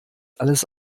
alles